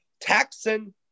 taxing